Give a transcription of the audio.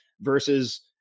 versus